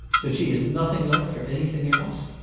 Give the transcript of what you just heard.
that she has nothing left for anything else?